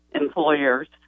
employers